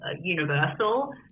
universal